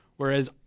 whereas